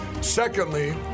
Secondly